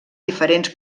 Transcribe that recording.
diferents